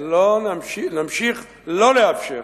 ונמשיך לא לאפשר